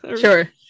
Sure